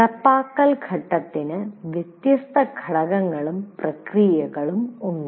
നടപ്പാക്കൽ ഘട്ടത്തിന് വ്യത്യസ്ത ഘടകങ്ങളും പ്രക്രിയകളും ഉണ്ട്